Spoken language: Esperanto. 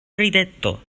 rideto